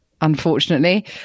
Unfortunately